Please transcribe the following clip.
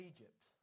Egypt